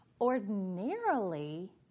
Ordinarily